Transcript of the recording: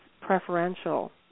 preferential